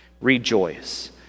Rejoice